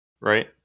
right